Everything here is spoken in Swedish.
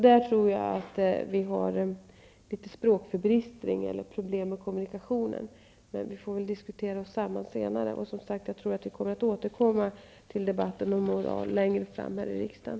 Där tror jag att vi har litet språkförbistring eller problem med kommunikationerna oss emellan. Vi får väl diskutera oss samman senare. Jag tror som sagt att vi får återkomma till debatten om moral längre fram här i riksdagen .